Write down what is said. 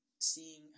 seeing